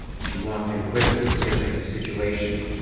she walked in quickly and surveyed the situation.